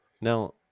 Now